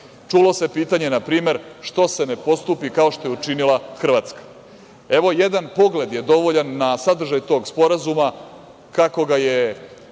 se pitanje – što se ne postupi kao što je učinila Hrvatska? Evo jedan pogled je dovoljan na sadržaj tog Sporazuma kako ga je